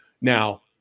Now